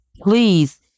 Please